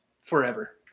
forever